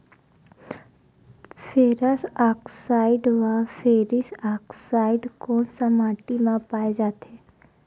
Ferrous oxide व ferric oxide कोन सा माटी म पाय जाथे?